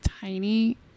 tiny